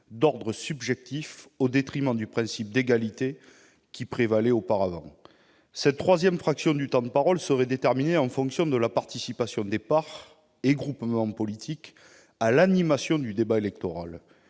d'ordre subjectif. Nous préférons à celui-ci le principe d'égalité, qui prévalait auparavant. La troisième fraction du temps de parole serait répartie en fonction de la participation des partis et groupements politiques à l'animation du débat électoral.